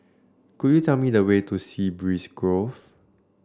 could you tell me the way to Sea Breeze Grove